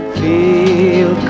feel